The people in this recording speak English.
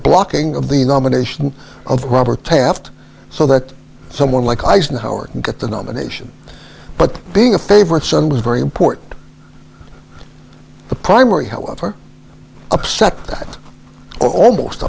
blocking of the nomination of robert taft so that someone like eisenhower can get the nomination but being a favorite son was very important the primary however upset that almost